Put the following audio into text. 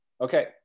Okay